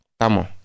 tamo